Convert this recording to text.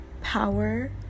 power